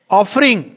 offering